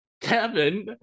Kevin